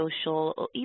social